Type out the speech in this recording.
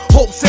Hope